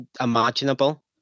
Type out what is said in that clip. imaginable